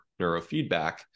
neurofeedback